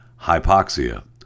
hypoxia